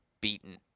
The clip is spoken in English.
beaten